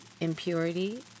impurity